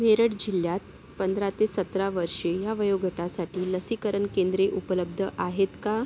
मेरठ जिल्ह्यात पंधरा ते सतरा वर्षे ह्या वयोगटासाठी लसीकरण केंद्रे उपलब्ध आहेत का